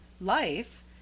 Life